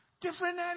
Different